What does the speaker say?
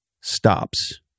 stops